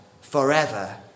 forever